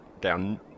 down